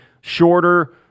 shorter